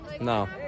No